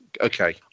Okay